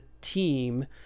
team